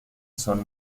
son